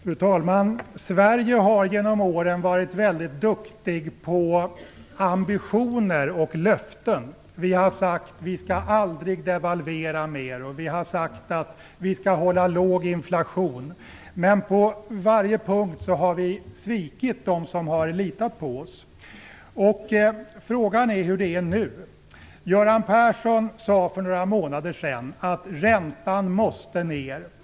Fru talman! Sverige har genom åren varit väldigt bra på ambitioner och löften. Vi har sagt att vi aldrig skall devalvera mer. Vi har sagt att vi skall hålla låg inflation. Men på varje punkt har vi svikit dem som har litat på oss. Frågan är hur det är nu. Göran Persson sade för några månader sedan att räntan måste ned.